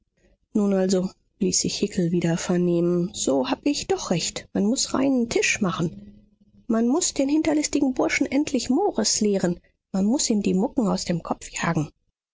nun also ließ sich hickel wieder vernehmen so hab ich doch recht man muß reinen tisch machen man muß den hinterlistigen burschen endlich mores lehren man muß ihm die mucken aus dem kopf jagen